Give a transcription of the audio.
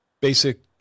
basic